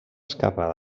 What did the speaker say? escapar